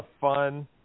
fun